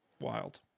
Wild